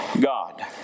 God